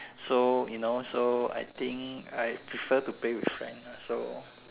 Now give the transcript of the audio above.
so you know so I think I prefer to play with friends ah so